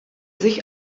sich